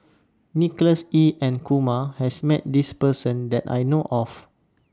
Nicholas Ee and Kumar has Met This Person that I know of